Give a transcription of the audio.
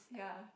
ya